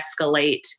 escalate